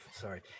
sorry